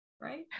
Right